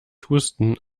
husten